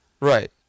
right